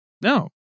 No